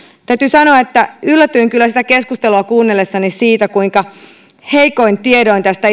täytyy sanoa että yllätyin kyllä sitä keskustelua kuunnellessani siitä kuinka heikoin tiedoin tästä